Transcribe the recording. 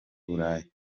burayi